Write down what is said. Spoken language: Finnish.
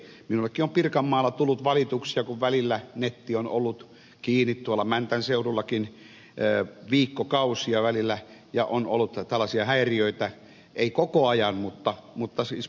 minullekin on pirkanmaalla tullut valituksia kun välillä netti on ollut kiinni tuolla mäntän seudullakin viikkokausia ja on ollut tällaisia häiriöitä ei koko ajan mutta pätkittäin